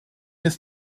ist